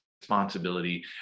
responsibility